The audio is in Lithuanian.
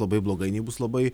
labai blogai nei bus labai